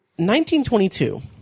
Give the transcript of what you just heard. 1922